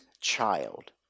child